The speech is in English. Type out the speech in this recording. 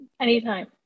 Anytime